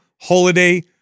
Holiday